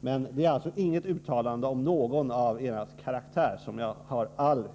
Därmed har jag inte uttalat mig om er karaktär; den högaktar jag på allt